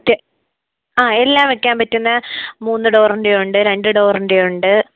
മറ്റ് ആ എല്ലാം വയ്ക്കാൻ പറ്റുന്ന മൂന്ന് ഡോറിൻ്റെ ഉണ്ട് രണ്ട് ഡോറിൻ്റെ ഉണ്ട്